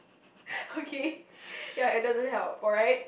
okay ya it doesn't help alright